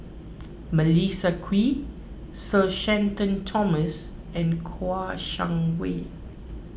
Melissa Kwee Sir Shenton Thomas and Kouo Shang Wei